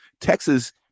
Texas